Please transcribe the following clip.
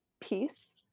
peace